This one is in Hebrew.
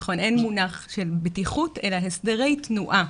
אין מונח של בטיחות אלא הסדרי תנועה,